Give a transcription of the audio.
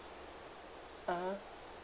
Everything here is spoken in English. (uh huh)